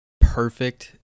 perfect